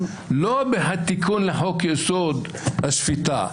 לא בתיקון לחוק-יסוד: השפיטה,